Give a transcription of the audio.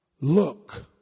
Look